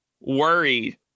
worried